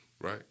right